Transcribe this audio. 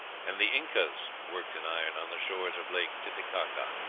and the incas worked in iron on the shores of lake titicaca.